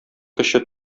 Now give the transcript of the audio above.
көче